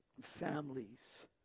families